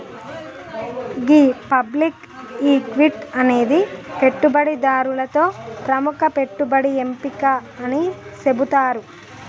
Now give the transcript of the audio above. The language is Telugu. గీ పబ్లిక్ ఈక్విటి అనేది పెట్టుబడిదారులతో ప్రముఖ పెట్టుబడి ఎంపిక అని సెబుతారు